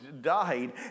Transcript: died